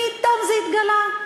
פתאום זה התגלה?